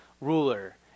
ruler